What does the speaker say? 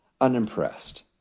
unimpressed